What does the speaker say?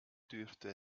dürfte